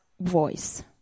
voice